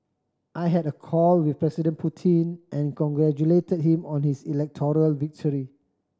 I had a call with President Putin and congratulated him on his electoral victory